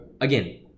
again